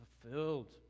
fulfilled